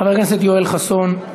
חבר הכנסת יואל חסון,